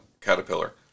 caterpillar